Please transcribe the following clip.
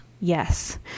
yes